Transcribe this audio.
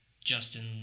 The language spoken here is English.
Justin